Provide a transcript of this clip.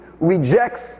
rejects